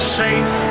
safe